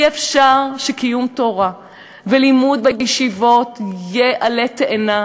אי-אפשר שקיום תורה ולימוד בישיבות יהיה עלה תאנה